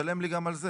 תשלם לי גם על זה.